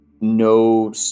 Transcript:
No